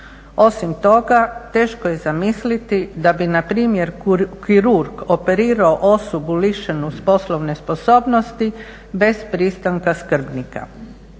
Osim toga, teško je zamisliti da bi npr. kirurg operirao osobu lišenu poslovne sposobnosti bez pristanka skrbnika.